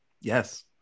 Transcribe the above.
Yes